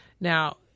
Now